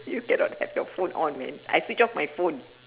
you cannot have your phone on man I switched off my phone